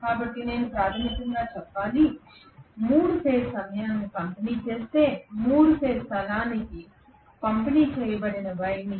కాబట్టి నేను ప్రాథమికంగా చెప్పాలి నేను 3 ఫేజ్ సమయాన్ని పంపిణీ చేస్తే 3 ఫేజ్ స్థలానికి పంపిణీ చేయబడిన వైండింగ్